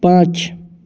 पाँच